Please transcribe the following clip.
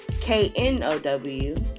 K-N-O-W